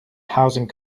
housing